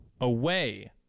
away